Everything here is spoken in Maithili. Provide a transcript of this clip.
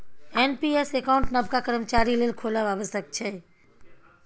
एन.पी.एस अकाउंट नबका कर्मचारी लेल खोलब आबश्यक छै